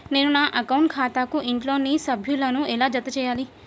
నేను నా అకౌంట్ ఖాతాకు ఇంట్లోని సభ్యులను ఎలా జతచేయాలి?